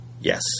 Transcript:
Yes